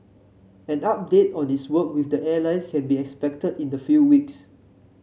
an update on its work with the airlines can be expected in a few weeks